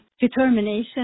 determination